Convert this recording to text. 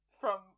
From-